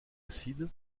acide